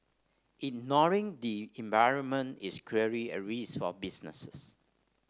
ignoring the environment is clearly a risk for businesses